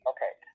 Okay